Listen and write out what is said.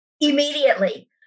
immediately